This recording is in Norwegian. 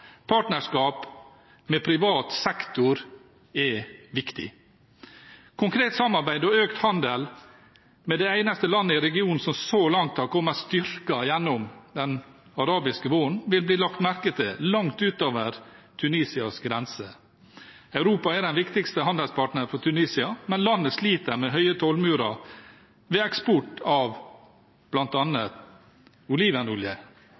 Partnerskap med privat sektor er viktig. Konkret samarbeid og økt handel med det eneste landet i regionen som så langt har kommet styrket gjennom den arabiske våren, vil bli lagt merke til langt utover Tunisias grenser. Europa er den viktigste handelspartneren for Tunisia, men landet sliter med høye tollmurer ved eksport av